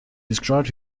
described